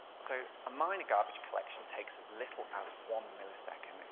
so a minor garbage collection takes as little as one millisecond,